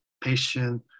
patient